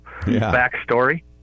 backstory